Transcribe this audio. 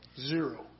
Zero